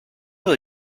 will